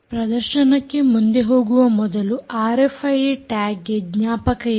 ಪ್ರದರ್ಶನಕ್ಕೆ ಮುಂದೆ ಹೋಗುವ ಮೊದಲು ಆರ್ಎಫ್ಐಡಿ ಟ್ಯಾಗ್ ಗೆ ಜ್ಞಾಪಕ ಇದೆ